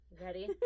Ready